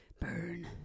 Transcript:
Burn